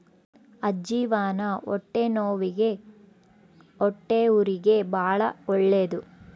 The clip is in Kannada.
ಅಜ್ಜಿವಾನ ಹೊಟ್ಟೆನವ್ವಿಗೆ ಹೊಟ್ಟೆಹುರಿಗೆ ಬಾಳ ಒಳ್ಳೆದು